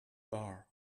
bar